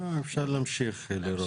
לא, אפשר להמשיך, לירון.